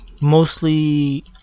Mostly